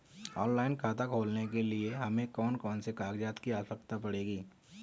Online खाता खोलने के लिए हमें कौन कौन से कागजात की आवश्यकता पड़ेगी?